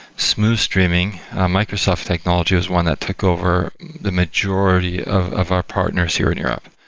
smooth streaming microsoft technology was one that took over the majority of of our partners here in europe.